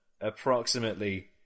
approximately